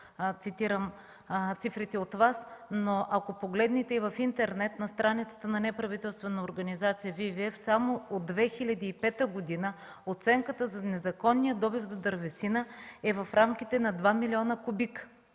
цитирам Ви, но ако погледнете и в интернет на страницата на неправителствена организация Ви Ви Еф, само от 2005 г. оценката за незаконния добив на дървесина е в рамките на 2 милиона кубика,